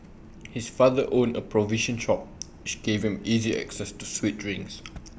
his father owned A provision shop which gave him easy access to sweet drinks